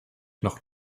noch